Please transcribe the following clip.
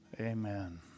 Amen